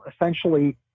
essentially